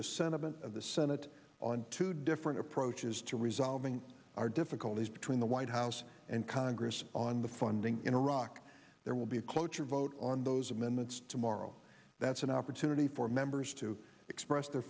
the sentiment of the senate on two different approaches to resolving our difficulties between the white house and congress on the funding in iraq there will be a cloture vote on those amendments tomorrow that's an opportunity for members to express their